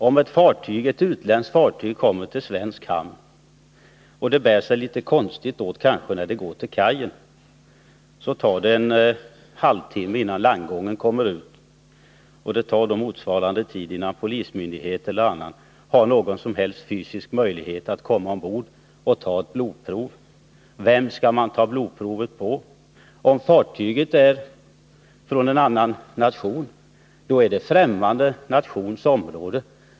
Om ett utländskt fartyg bär sig litet konstigt åt när det lägger till vid kajen i en svensk hamn och onykterhet kan misstänkas tar det ändå en halvtimme innan polis eller annan myndighet har någon fysisk möjlighet att komma ombord och ta ett blodprov — det tar en halvtimme innan landgången läggs ut. Och vem skall man ta blodprovet på? Om fartyget är från en annan nation är det främmande nations område.